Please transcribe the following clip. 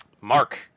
Mark